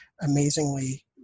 amazingly